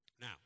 Now